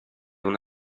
una